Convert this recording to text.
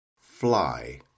fly